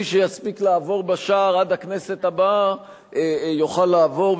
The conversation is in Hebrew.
מי שיספיק לעבור בשער עד הכנסת הבאה יוכל לעבור,